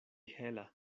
hela